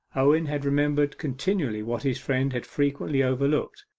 owen had remembered continually what his friend had frequently overlooked,